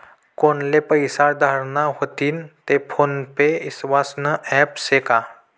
कोनले पैसा धाडना व्हतीन ते फोन पे ईस्वासनं ॲप शे का?